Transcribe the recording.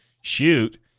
shoot